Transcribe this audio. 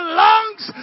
lungs